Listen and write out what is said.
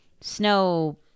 Snow